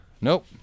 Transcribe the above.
nope